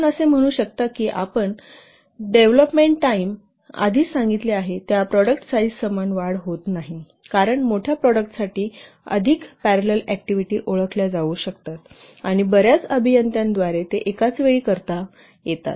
आपण असे म्हणू शकता की डेव्हलोपमेंट टाईम प्रॉडक्ट साईज समान वाढ होत नाही कारण मोठ्या प्रॉडक्टसाठी अधिक पॅरेलेल ऍक्टिव्हिटी ओळखल्या जाऊ शकतात आणि बर्याच अभियंत्यांद्वारे ते एकाच वेळी करता येतात